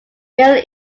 bill